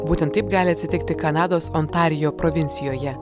būtent taip gali atsitikti kanados ontarijo provincijoje